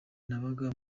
nabaga